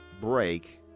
break